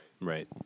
Right